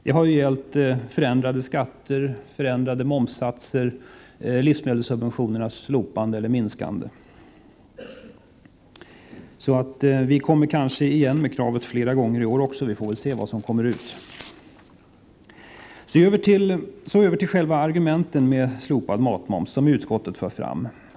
Det har gällt förändrade skatter, förändrade momssatser, livsmedelssubventionernas slopande eller minskande. Vi kommer kanske igen med kravet flera gånger i år också. Vi får väl se. Så över till argumenten mot slopad matmoms som utskottet fört fram.